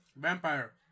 Vampire